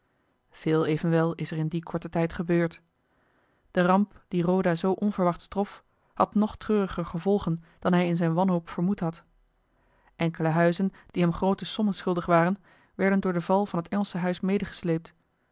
veel evenwel is er in dien korten tijd gebeurd de ramp die roda zoo onverwachts trof had nog treuriger gevolgen dan hij in zijne wanhoop vermoed had enkele huizen die hem groote sommen schuldig waren werden door den val van het engelsche huis